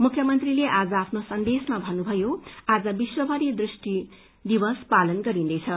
मुख्यमन्त्रीले आज आफ्नो सन्देशमा भन्नुभयो आज विश्वमरिमा दृष्टि दिवस पालन गरिन्दैछ